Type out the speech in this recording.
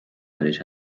päris